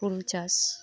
ᱦᱩᱲᱩ ᱪᱟᱥ